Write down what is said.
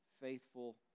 faithful